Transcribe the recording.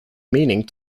meaning